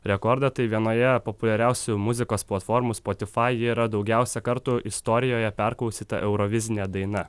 rekordą tai vienoje populiariausių muzikos platformų spotify ji yra daugiausia kartų istorijoje perklausyta eurovizinė daina